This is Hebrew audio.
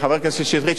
חבר הכנסת שטרית,